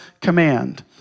command